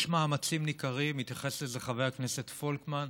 יש מאמצים ניכרים, התייחס לזה חבר הכנסת פולקמן,